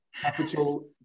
Capital